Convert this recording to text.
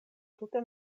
tute